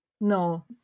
no